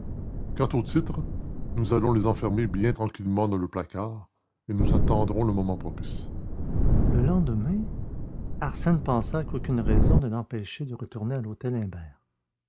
quant aux titres nous allons les enfermer bien tranquillement dans le placard et nous attendrons le moment propice le lendemain arsène pensa qu'aucune raison ne l'empêchait de retourner à l'hôtel imbert